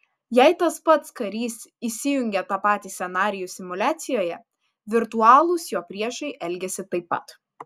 jei tas pats karys įsijungia tą patį scenarijų simuliacijoje virtualūs jo priešai elgiasi taip pat